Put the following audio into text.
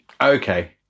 Okay